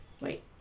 Wait